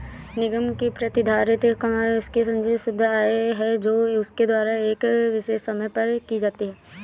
निगम की प्रतिधारित कमाई उसकी संचित शुद्ध आय है जो उसके द्वारा एक विशेष समय पर की जाती है